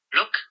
Look